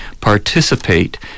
participate